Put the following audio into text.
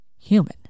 human